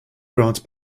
grants